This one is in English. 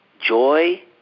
joy